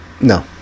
no